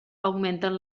augmenten